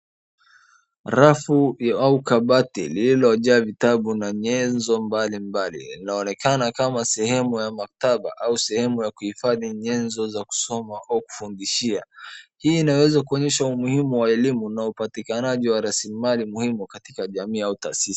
Rafu au kabati lililojaa vitabu na nyenzo mbalimbali linaonekana kama sehemu ya maktaba au sehemu ya kuhifadhi nyenzo za kusoma au kufundishia hii inaweza kuonyesha umuhimu wa elimu na upatikanaji wa rasilimali muhimu katika jamiii au tasisi.